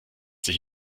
sich